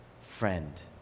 friend